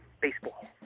baseball